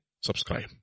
subscribe